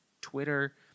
Twitter